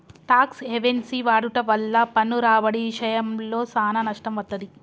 talks havens వాడుట వల్ల పన్ను రాబడి ఇశయంలో సానా నష్టం వత్తది